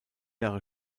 jahre